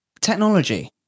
Technology